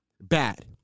bad